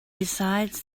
besides